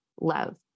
love